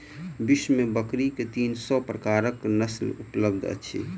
विश्व में बकरी के तीन सौ प्रकारक नस्ल उपलब्ध अछि